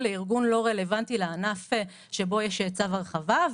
לארגון לא רלוונטי לענף שבו יש צו הרחבה,